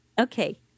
Okay